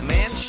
Man